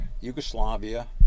Yugoslavia